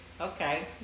Okay